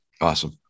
Awesome